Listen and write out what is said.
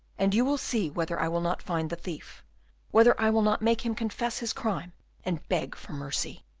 and you will see whether i will not find the thief whether i will not make him confess his crime and beg for mercy.